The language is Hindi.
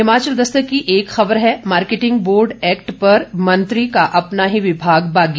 हिमाचल दस्तक की एक खबर है मार्केटिंग बोर्ड एक्ट पर मंत्री का अपना ही विभाग बागी